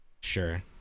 Sure